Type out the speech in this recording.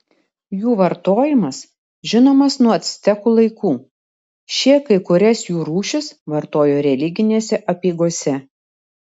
jų vartojimas žinomas nuo actekų laikų šie kai kurias jų rūšis vartojo religinėse apeigose